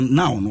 now